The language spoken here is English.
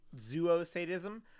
Zoosadism